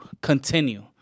continue